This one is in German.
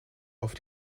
auf